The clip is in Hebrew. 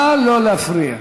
נא לא להפריע.